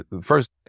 first